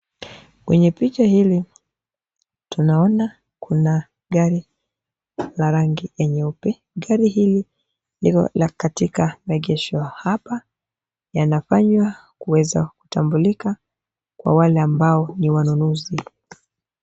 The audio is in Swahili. Kwenye picha hili tunaona kuna gari la rangi ya nyeupe gari hili ni la katika regeshwa hapa, yanafanywa kuweza kutambulika kwa wale ambao ni wanunuzi.